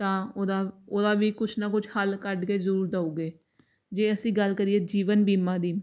ਤਾਂ ਉਹਦਾ ਉਹਦਾ ਵੀ ਕੁਛ ਨਾ ਕੁਛ ਹੱਲ ਕੱਢ ਕੇ ਜ਼ਰੂਰ ਦਓਗੇ ਜੇ ਅਸੀਂ ਗੱਲ ਕਰੀਏ ਜੀਵਨ ਬੀਮਾ ਦੀ